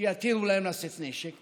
שיתירו להם לשאת נשק,